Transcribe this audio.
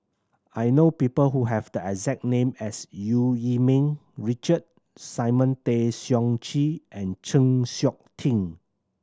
I know people who have the exact name as Eu Yee Ming Richard Simon Tay Seong Chee and Chng Seok Tin